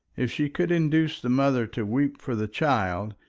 if she could induce the mother to weep for the child,